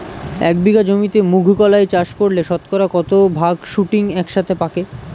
এক বিঘা জমিতে মুঘ কলাই চাষ করলে শতকরা কত ভাগ শুটিং একসাথে পাকে?